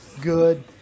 good